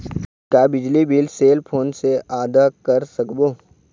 का बिजली bill cell phone से आदा कर सकबो?